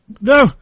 No